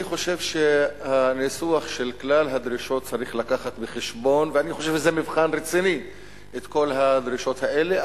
אני חושב שהניסוח של כלל הדרישות צריך לקחת בחשבון את כל הדרישות האלה,